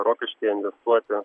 rokišky investuoti